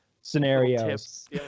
scenarios